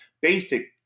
basic